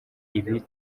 ibi